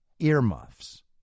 earmuffs